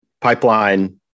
Pipeline